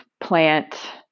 plant